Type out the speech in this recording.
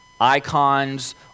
icons